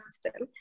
system